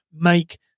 make